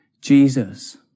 Jesus